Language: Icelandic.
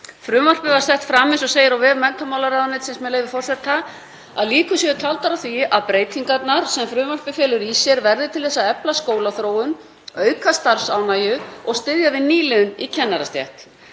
Frumvarpið var sett fram, eins og segir á vef menntamálaráðuneytisins, með leyfi forseta: „ …að líkur séu taldar á því að breytingarnar sem frumvarpið felur í sér verði til þess að efla skólaþróun, auka starfsánægju og styðja við nýliðun í kennarastétt.